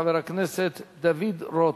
חבר הכנסת דוד רותם.